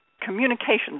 communications